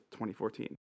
2014